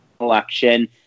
election